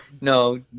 no